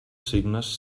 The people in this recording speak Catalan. signes